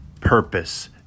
purpose